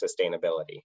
sustainability